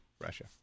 Russia